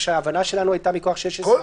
ההבנה שלנו הייתה מכוח 16(א) שאי אפשר --- כל